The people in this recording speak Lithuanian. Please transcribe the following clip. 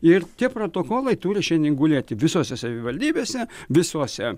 ir tie protokolai turi šiandien gulėti visose savivaldybėse visuose